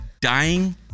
dying